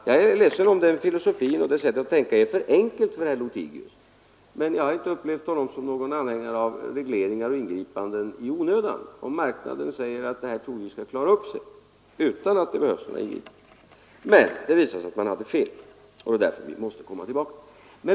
Jag är ledsen om den filosofin, det sättet att tänka, är för enkelt för herr Lothigius, men jag har inte upplevt honom som någon anhängare av regleringar och ingripanden i onödan om marknaden säger att det hela troligen skall klara upp sig utan ingripanden. Det visade sig emellertid att man hade fel, och därför måste vi komma tillbaka.